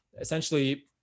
essentially